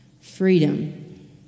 Freedom